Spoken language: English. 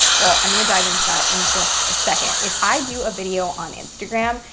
well, i'm going to dive into that in just a second. if i do a video on instagram,